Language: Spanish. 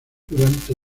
durante